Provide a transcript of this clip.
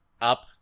up